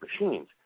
machines